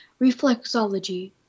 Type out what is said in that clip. reflexology